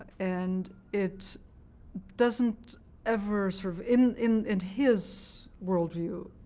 and it doesn't ever sort of in in and his worldview,